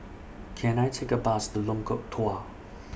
Can I Take A Bus to Lengkok Dua